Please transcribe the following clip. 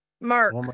mark